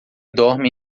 dorme